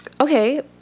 okay